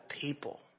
people